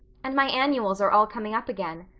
and my annuals are all coming up again.